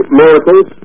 miracles